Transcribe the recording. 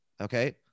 Okay